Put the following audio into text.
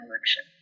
election